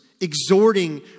exhorting